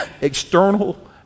external